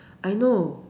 I know